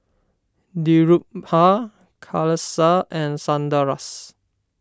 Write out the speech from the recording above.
Dhirubhai Kailash and Sundaresh